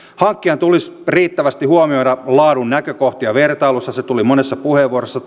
hankkijan tulisi riittävästi huomioida laadun näkökohtia vertailussa se tuli monessa puheenvuorossa